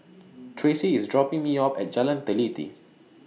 Tracie IS dropping Me off At Jalan Teliti